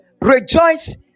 Rejoice